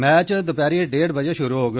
match दपैहरी डेड बजे शुरु होग